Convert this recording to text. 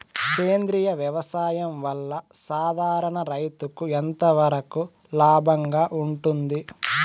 సేంద్రియ వ్యవసాయం వల్ల, సాధారణ రైతుకు ఎంతవరకు లాభంగా ఉంటుంది?